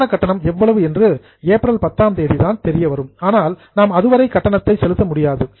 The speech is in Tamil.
மின்சார கட்டணம் எவ்வளவு என்று ஏப்ரல் 10ஆம் தேதி தெரியவரும் அதனால் நாம் அதுவரை கட்டணத்தை செலுத்த முடியாது